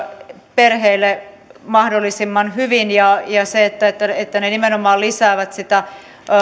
perheille mahdollisimman hyvin ja että että ne nimenomaan lisäävät sitä